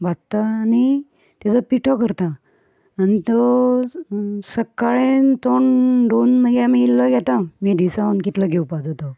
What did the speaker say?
भाजता आनी तेजो पिठो करतात आनी तो सक्काळी तोंड धुवन मागी आमी इल्लो घेता मेदेसावन कितलो घेवपाचो तो